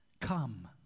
Come